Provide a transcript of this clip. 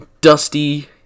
dusty